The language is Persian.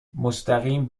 مستقیم